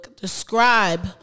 describe